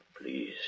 please